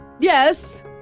Yes